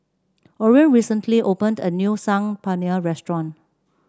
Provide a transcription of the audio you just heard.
orion recently opened a new Saag Paneer Restaurant